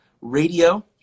radio